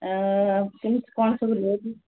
ଆ କେମିତି କ'ଣ ସବୁ ରେଟ୍